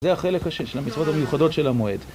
זה החלק של המצוות המיוחדות של המועד